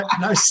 no